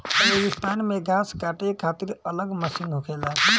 रेगिस्तान मे घास काटे खातिर अलग मशीन होखेला